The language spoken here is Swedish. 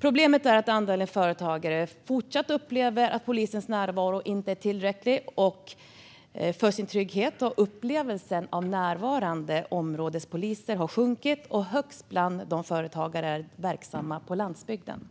Problemet är att många företagare fortsatt upplever att polisens närvaro inte är tillräcklig för tryggheten. Upplevelsen av närvarande områdespoliser har minskat, mest bland företagare som är verksamma på landsbygden.